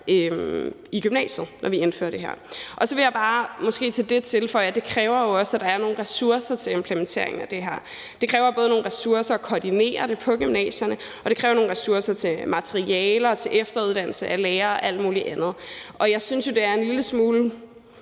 i gymnasiet, når vi indfører det her. Så vil jeg bare tilføje, er det jo også kræver, at der er nogle ressourcer til implementeringen af det. Det kræver både nogle ressourcer at koordinere det på gymnasierne, og det kræver nogle ressourcer til materialer og til efteruddannelse af lærere og alt muligt andet. Og jeg synes jo, det er en lille smule